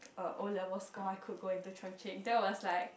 uh O-level score I could go into Chung-Cheng that was like